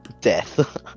Death